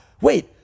wait